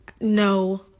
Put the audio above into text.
No